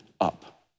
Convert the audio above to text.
up